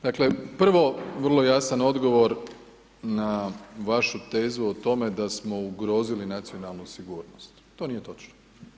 Dakle, prvo vrlo jasan odgovor na vašu tezu o tome da smo ugrozili nacionalnu sigurnost, to nije točno.